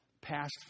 past